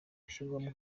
gushyirwa